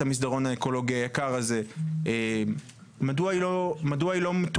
המסדרון האקולוגי היקר הזה היא לא מתועדפת?